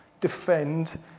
defend